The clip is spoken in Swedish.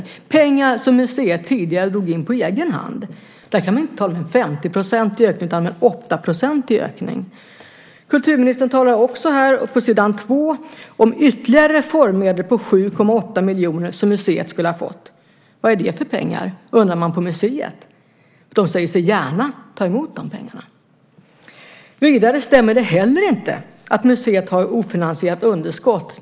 Det är pengar som museet tidigare drog in på egen hand. Där kan man inte tala om en 50-procentig ökning, utan om en 8-procentig ökning. Kulturministern talar på s. 2 i svaret om ytterligare reformmedel på 7,8 miljoner som museet skulle ha fått. Vad är det för pengar? undrar man på museet. Man säger sig gärna ta emot dem. Vidare stämmer det inte heller att museet har ett ofinansierat underskott.